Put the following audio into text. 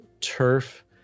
Turf